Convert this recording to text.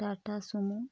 Tata sumo